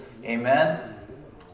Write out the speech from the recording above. Amen